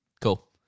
cool